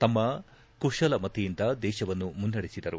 ತಮ್ಮ ಕುಶಲಮತಿಯಿಂದ ದೇಶವನ್ನು ಮುನ್ನಡೆಸಿದರು